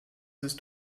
ist